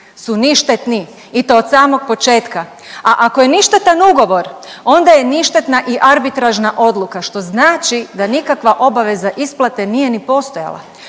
su ništetni i to od samog početka. A ako je ništetan ugovor onda je ništetna i arbitražna odluka što znači da nikakva obaveza isplate nije niti postojala.